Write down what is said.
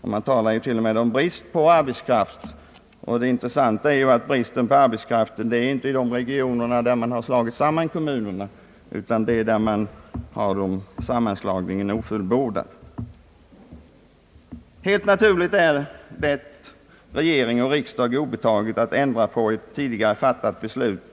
och man talar t.o.m. om brist på arbetskraft. Det intressanta är att bristen på arbetskraft inte finns i regioner där man slagit samman kommunerna, utan där sammanslagningen är ofullbordad. Helt naturligt är det regering och riksdag obetaget att ändra ett tidigare fattat beslut.